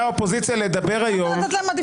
האופוזיציה לדבר היום -- למה לתת להם עדיפות?